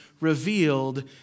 revealed